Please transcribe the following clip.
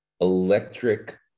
electric